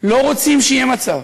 לא רוצים שיהיה מצב